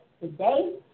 Today